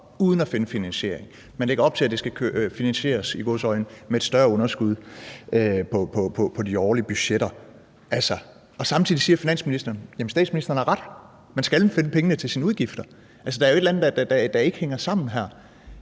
uden at finde finansiering. Man lægger op til, at det skal finansieres – i gåseøjne – med et større underskud på de årlige budgetter, men samtidig siger finansministeren, at statsministeren har ret i, at man skal finde pengene til sine udgifter. Der er jo et eller andet, der ikke hænger sammen her.